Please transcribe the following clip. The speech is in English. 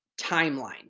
timeline